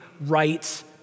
right